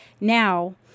Now